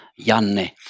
Janne